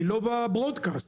היא לא בברוד קאסט,